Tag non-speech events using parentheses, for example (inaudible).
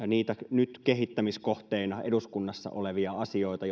(unintelligible) niitä nyt kehittämiskohteina eduskunnassa olevia asioita (unintelligible)